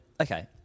okay